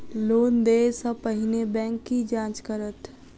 Loan देय सा पहिने बैंक की जाँच करत?